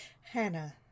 Hannah